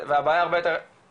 והבעיה היא הרבה יותר רחבה.